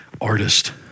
artist